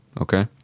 Okay